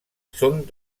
són